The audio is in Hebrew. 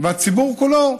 והציבור כולו,